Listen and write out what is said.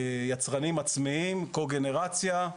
יצרנים עצמיים, קו-גנרציה,